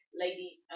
lady